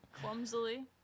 Clumsily